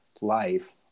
life